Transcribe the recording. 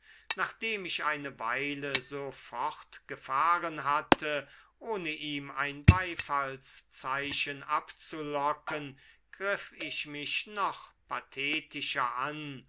nachdem ich eine weile so fortgefahren hatte ohne ihm ein beifallszeichen abzulocken griff ich mich noch pathetischer an